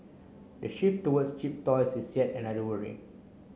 the shift towards cheap toys is yet another worry